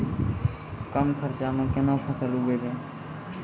कम खर्चा म केना फसल उगैबै?